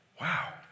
Wow